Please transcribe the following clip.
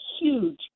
huge